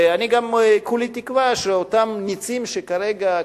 וכולי גם תקווה שאותם נצים שכרגע,